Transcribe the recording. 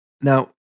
Now